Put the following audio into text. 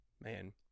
Man